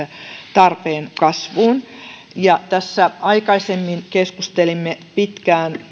tarpeen kasvuun tässä aikaisemmin keskustelimme pitkään